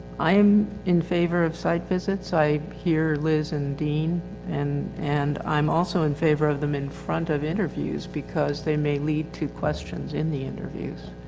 i'm in favor of side visits. i hear liz and dean and, and i'm also in favor of them in front of interviews because they may lead to questions in the interviews.